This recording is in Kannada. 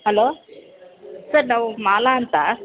ಹಲೋ ಸರ್ ನಾವು ಮಾಲಾ ಅಂತ